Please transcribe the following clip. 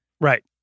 Right